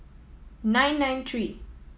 nine nine three